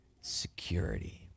security